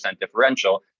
differential